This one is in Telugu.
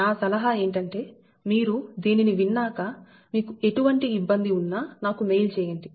నా సలహా ఏంటంటే మీరు దీనిని విన్నాక మీకు ఎటువంటి ఇబ్బంది ఉన్నా నాకు మెయిల్ చేయండి